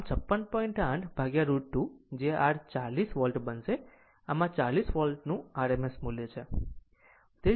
આમ 568√ 2 જે r 40 volt બનશે આમ જ આ 40 વોલ્ટનું આ RMS મૂલ્ય છે